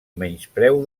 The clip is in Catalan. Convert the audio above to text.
menyspreu